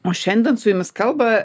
o šiandien su jumis kalba